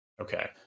Okay